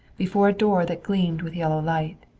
before a door that gleamed with yellow light.